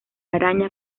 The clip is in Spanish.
araña